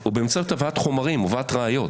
הוא באמצעות הבאת חומרים, הבאת ראיות.